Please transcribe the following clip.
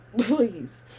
please